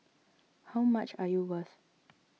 how much are you worth